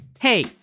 Hey